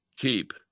keep